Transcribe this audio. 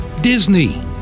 Disney